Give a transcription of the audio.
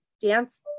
dance